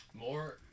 More